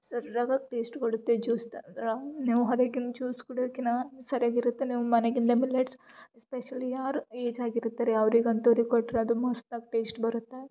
ಸರ್ಯಾಗೋಕ್ taste ಕೊಡುತ್ತೆ juice ಥರ ನೀವು ಹೊರಗಿನ ಜ್ಯೂಸು ಕುಡಿಯೋಕ್ಕಿನ ಸರಿಯಾಗಿರುತ್ತೆ ನೀವ್ ಮನೆಗಿಂದಲೆ ಮಿಲ್ಲೆಟ್ಸ್ ಸ್ಪೆಷಲಿ ಯಾರು ಏಜ್ ಆಗಿರ್ತಾರೆ ಅವ್ರಿಗೆ ಅಂಥವ್ರಿಗೆ ಕೊಟ್ಟರೆ ಅದು ಮಸ್ತಾಗಿ ಟೇಸ್ಟ್ ಬರುತ್ತೆ